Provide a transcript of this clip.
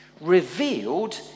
revealed